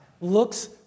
looks